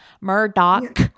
Murdoch